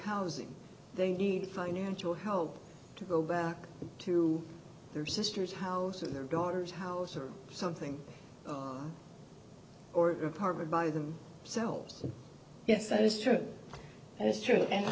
housing they need financial help to go back to their sister's house or their daughter's house or something or apartment by them selves yes that is true and it's true